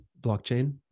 blockchain